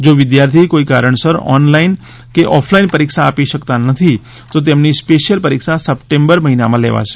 જો વિદ્યાર્થી કોઈ કારણસર ઓનલાઈન કે ઓફલાઈન પરીક્ષા આપી શકતા નથી તો તેમની સ્પેશિયલ પરીક્ષા સપ્ટેમ્બર મહિનામાં લેવાશે